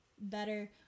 better